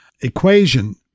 equation